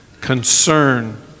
concern